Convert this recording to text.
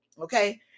okay